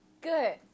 Good